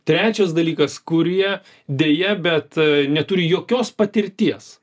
trečias dalykas kurie deja bet neturi jokios patirties